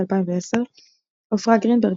2010. עפרה גרינברג,